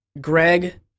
Greg